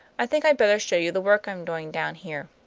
i think i'd better show you the work i'm doing down here.